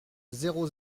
zéro